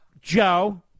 Joe